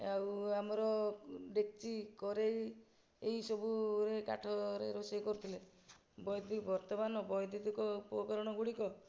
ଆଉ ଆମର ଡେକ୍ଚି କରେଇ ଏଇସବୁ ରେ କାଠରେ ରୋଷେଇ କରୁଥିଲେ ବର୍ତ୍ତମାନ ବୈଦୁତିକ ଉପକରଣ ଗୁଡ଼ିକ